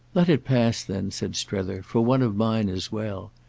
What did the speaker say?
let it pass then, said strether, for one of mine as well.